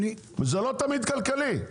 ולא תמיד זה כלכלי.